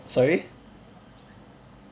sorry